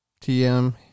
TM